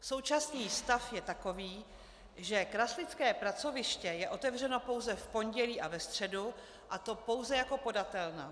Současný stav je takový, že kraslické pracoviště je otevřeno pouze v pondělí a ve středu, a to pouze jako podatelna.